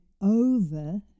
over